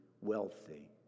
wealthy